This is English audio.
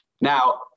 Now